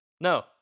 no